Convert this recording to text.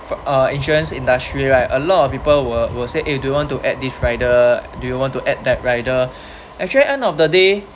for a insurance industry right a lot of people will will say eh do you want to add this rider do you want to add that rider actually end of the day